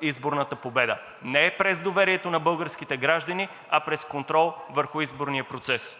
изборната победа. Не през доверието на българските граждани, а през контрол върху изборния процес.